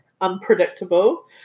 unpredictable